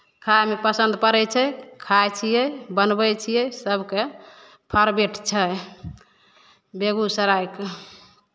खाइमे पसन्द पड़ै छै खाइ छियै बनबै छियै सभके फेवरेट छै बेगूसरायके